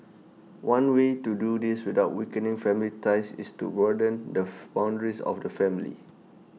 one way to do this without weakening family ties is to broaden the boundaries of the family